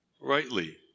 rightly